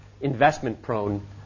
investment-prone